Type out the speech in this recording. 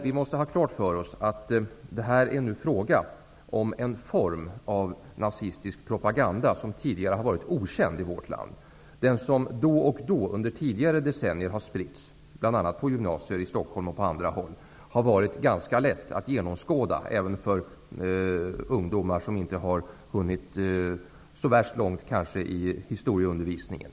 Vi måste ha klart för oss att det är fråga om en form av nazistisk propaganda som tidigare har varit okänd i vårt land. Den propaganda som då och då under tidigare decennier har spritts, bl.a. på gymnasier i Stockholm och på andra håll, har varit ganska lätt att genomskåda även för ungdomar som kanske inte har hunnit så långt i historieundervisningen.